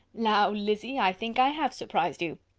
now, lizzy, i think i have surprised you.